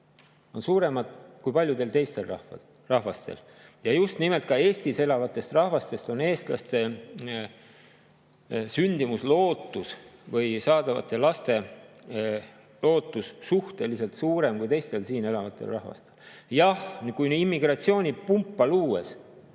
on suuremad kui paljudel teistel rahvastel. Ja Eestis elavatest rahvastest on just nimelt eestlaste sündimuslootus või saadavate laste lootus suhteliselt suurem kui teistel siin elavatel rahvastel. Jah, kui immigratsioonipumpa luues